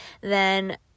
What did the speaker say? then-